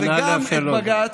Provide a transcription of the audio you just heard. וגם את בג"ץ,